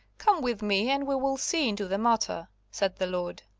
come with me and we will see into the matter, said the lord.